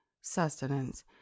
sustenance